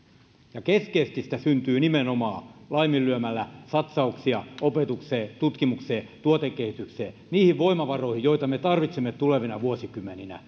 ja keskeisesti sitä syntyy nimenomaan laiminlyömällä satsauksia opetukseen tutkimukseen tuotekehitykseen niihin voimavaroihin joita me tarvitsemme tulevina vuosikymmeninä